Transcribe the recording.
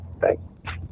Thanks